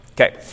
Okay